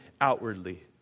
outwardly